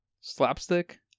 slapstick